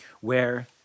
where-